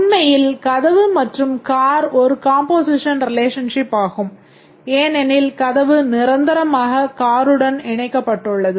உண்மையில் கதவு மற்றும் கார் ஒரு கம்போசிஷன் ரிலேஷன்ஷிப் ஆகும் ஏனெனில் கதவு நிரந்தரமாக காருடன் இணைக்கப்பட்டுள்ளது